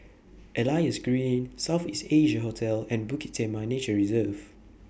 Elias Green South East Asia Hotel and Bukit Timah Nature Reserve